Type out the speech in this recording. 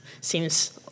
seems